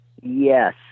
Yes